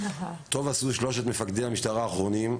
טוב עשו שלושת מפקדי המשטרה האחרונים,